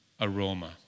aroma